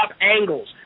angles